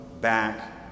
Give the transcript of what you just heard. back